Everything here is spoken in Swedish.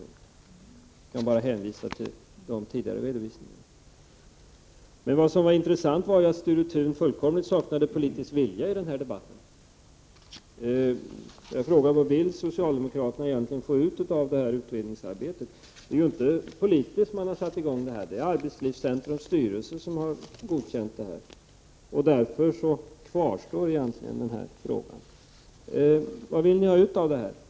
Jag kan bara hänvisa till de tidigare redovisningarna. Det intressanta är att Sture Thun fullkomligt saknar politisk vilja. Vad vill socialdemokraterna egentligen få ut av utredningsarbetet? Det är ju inte bara från politiskt håll som man har satt i gång arbetet, utan det har godkänts av Arbetslivscentrums styrelse. Därför kvarstår min fråga: Vad vill ni ha ut av arbetet?